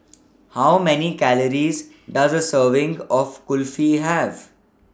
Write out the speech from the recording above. How Many Calories Does A Serving of Kulfi Have